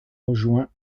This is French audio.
rejoint